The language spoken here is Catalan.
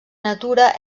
natura